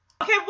Okay